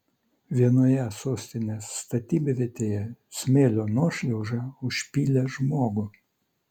vienoje sostinės statybvietėje smėlio nuošliauža užpylė žmogų